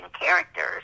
characters